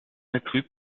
accrues